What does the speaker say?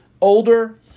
older